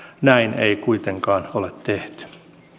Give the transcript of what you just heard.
näin ei kuitenkaan ole tehty